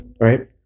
right